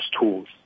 tools